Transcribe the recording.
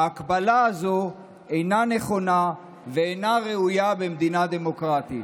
ההקבלה הזו אינה נכונה ואינה ראויה במדינה דמוקרטית.